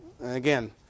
Again